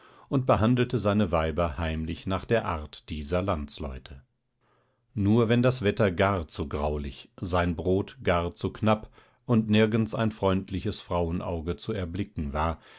und behandelte seine weiber heimlich nach der art dieser landsleute nur wenn das wetter gar zu graulich sein brot gar zu knapp und nirgends ein freundliches frauenauge zu erblicken war